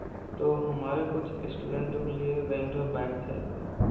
तो हमारे कुछ स्टूडेंटों के लिए रेंट पर बाइक चाहिए